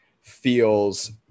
feels